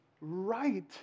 right